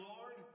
Lord